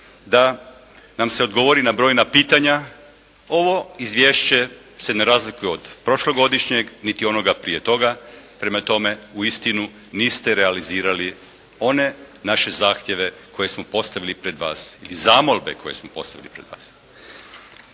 da nam se odgovori na brojna pitanja. Ovo izvješće se ne razlikuje od prošlogodišnjeg niti onoga prije toga. Prema tome uistinu niste realizirali one naše zahtjeve koje smo postavili pred vas i zamolbe koje smo postavili pred vas.